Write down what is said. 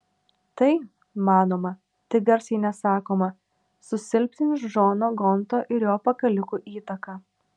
tai manoma tik garsiai nesakoma susilpnins džono gonto ir jo pakalikų įtaką